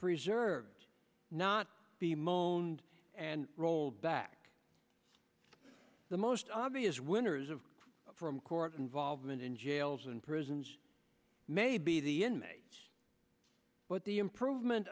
preserved not be moaned and rolled back the most obvious winners of from court involvement in jails and prisons maybe the inmates but the improvement